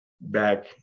back